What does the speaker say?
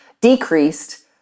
decreased